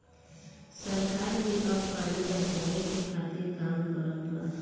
सरकार भी अब पानी बचावे के खातिर काम करता